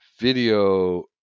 video